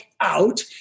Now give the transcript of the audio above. out